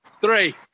three